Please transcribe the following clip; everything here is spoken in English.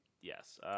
Yes